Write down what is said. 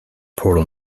portal